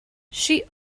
she